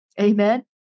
Amen